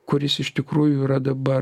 kuris iš tikrųjų yra dabar